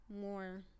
more